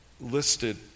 listed